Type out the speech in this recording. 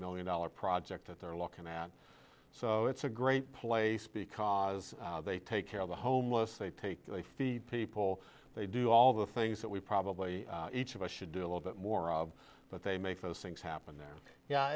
million dollar project that they're looking at so it's a great place because they take care of the homeless they take the people they do all the things that we probably each of us should do a little bit more of but they make those things happen there yeah